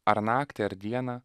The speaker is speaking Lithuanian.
ar naktį ar dieną